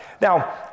Now